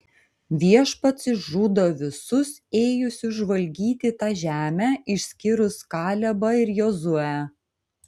viešpats išžudo visus ėjusius žvalgyti tą žemę išskyrus kalebą ir jozuę